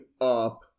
up